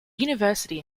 university